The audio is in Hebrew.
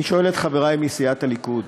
אני שואל את חברי מסיעת הליכוד: